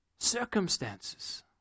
circumstances